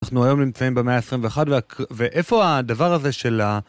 אנחנו היום נמצאים במאה ה-21, ואיפה הדבר הזה של ה...